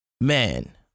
man